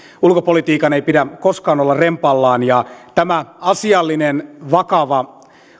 ulkopolitiikan ei pidä koskaan olla rempallaan ja tämä asiallinen vakava